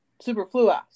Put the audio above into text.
Superfluous